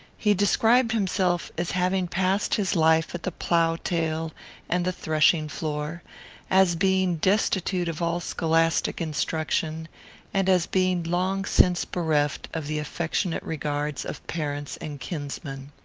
he described himself as having passed his life at the plough-tail and the threshing-floor as being destitute of all scholastic instruction and as being long since bereft of the affectionate regards of parents and kinsmen.